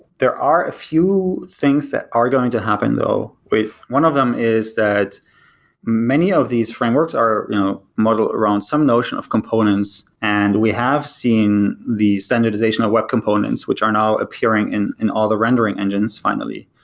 there are a few things that are going to happen though. one of them is that many of these frameworks are modeled around some notion of components, and we have seen the standardization of web components, which are now appearing in in all the rendering engines, finally.